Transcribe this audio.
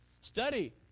Study